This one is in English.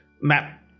map